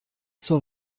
zur